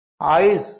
Eyes